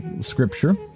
scripture